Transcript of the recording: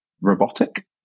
robotic